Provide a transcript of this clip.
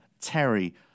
Terry